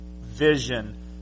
vision